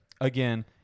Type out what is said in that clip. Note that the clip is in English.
again